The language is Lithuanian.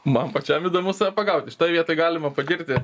man pačiam įdomu save pagaut šitoj vietoj galima pagirti